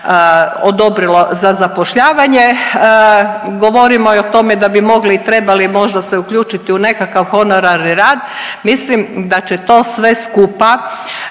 odobrilo za zapošljavanje, govorimo i o tome da bi mogli i trebali možda se uključiti u nekakav honorarni rad, mislim da će to sve skupa